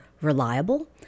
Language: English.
reliable